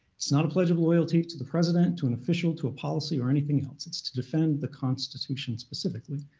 it's not a pledge of loyalty to the president, to an official, to a policy, or anything else. it's to defend the constitution, specifically.